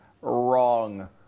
wrong